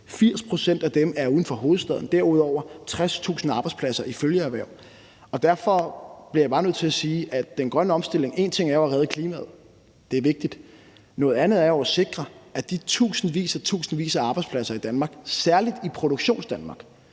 80 pct. af dem er uden for hovedstaden. Derudover er der 60.000 arbejdspladser i følgeerhverv. Derfor bliver jeg bare nødt til at sige noget om den grønne omstilling. En ting er at redde klimaet. Det er vigtigt. Noget andet er jo at sikre de tusindvis og tusindvis af arbejdspladser i Danmark, særlig i Produktionsdanmark,